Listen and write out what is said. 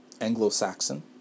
Anglo-Saxon